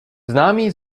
známý